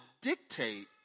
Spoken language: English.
dictate